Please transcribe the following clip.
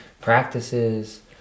practices